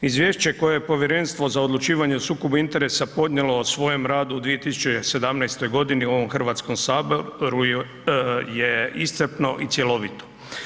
Izvješće koje je Povjerenstvo za odlučivanje o sukobu interesa podnijelo o svojem radu u 2017. godini u ovom HS-u je iscrpno i cjelovito.